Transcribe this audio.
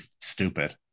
stupid